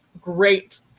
great